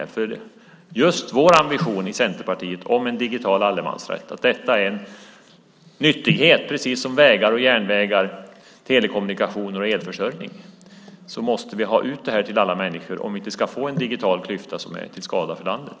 I Centerpartiet har vi en vision om en digital allemansrätt. Det är en nyttighet precis som vägar, järnvägar, telekommunikationer och elförsörjning. Vi måste ha ut det till alla människor om vi inte ska få en digital klyfta som är till skada för landet.